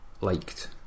liked